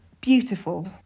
beautiful